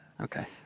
Okay